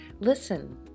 listen